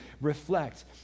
reflect